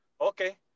okay